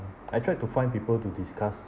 I tried to find people to discuss